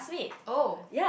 oh